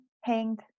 hanged